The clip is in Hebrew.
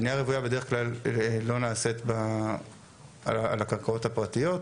בנייה רוויה בדרך כלל לא נעשית על הקרקעות הפרטיות,